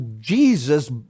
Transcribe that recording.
Jesus